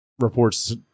Reports